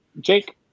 Jake